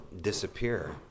disappear